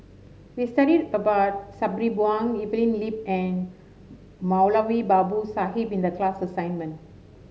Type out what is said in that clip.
we studied about Sabri Buang Evelyn Lip and Moulavi Babu Sahib in the class assignment